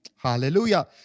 Hallelujah